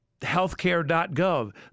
healthcare.gov